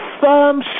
firm